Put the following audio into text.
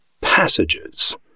Passages